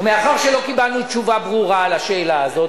ומאחר שלא קיבלנו תשובה ברורה על השאלה הזאת,